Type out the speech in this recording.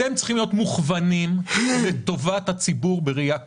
אתם צריכים להיות מוכוונים לטובת הציבור בראייה כוללת.